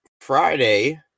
Friday